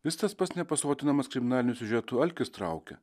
vis tas pats nepasotinamas kriminalinių siužetų alkis traukia